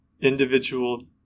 individual